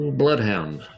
bloodhound